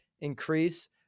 increase